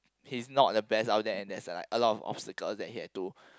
he's not the best out there and there's like a lot of obstacles that he have to